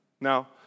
Now